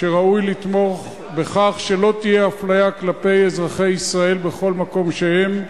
שראוי לתמוך בכך שלא תהיה אפליה כלפי אזרחי ישראל בכל מקום שהם.